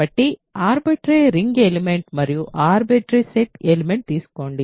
కాబట్టి arbitrary ring element మరియు arbitrary set element తీసుకోండి